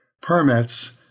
permits